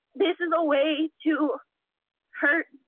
this is a way to hurt